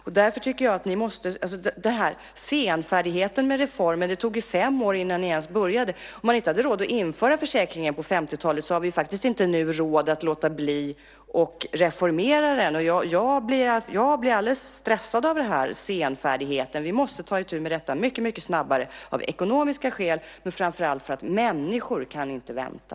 Sedan har vi senfärdigheten med reformen. Det tog fem år innan ni ens började. Om man inte hade råd att införa försäkringen på 1950-talet så har vi nu faktiskt inte råd att låta bli att reformera den. Jag blir alldeles stressad av den här senfärdigheten. Vi måste ta itu med detta mycket snabbare av ekonomiska skäl men framför allt därför att människor inte kan vänta.